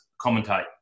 commentate